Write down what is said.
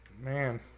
Man